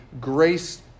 grace